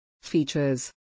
features